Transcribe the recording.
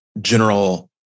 general